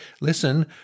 Listen